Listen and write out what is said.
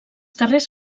carrers